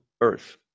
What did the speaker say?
earth